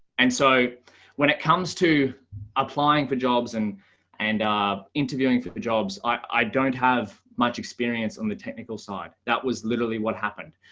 and so when it comes to applying for jobs and and interviewing for jobs, i don't have much experience on the technical side. that was literally what happened.